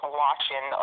watching